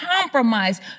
compromise